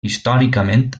històricament